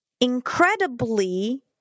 incredibly